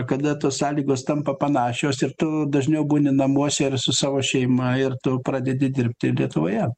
kada tos sąlygos tampa panašios ir tu dažniau būni namuose ir su savo šeima ir tu pradedi dirbti lietuvoje